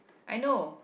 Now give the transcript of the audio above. I know